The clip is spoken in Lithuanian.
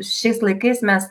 šiais laikais mes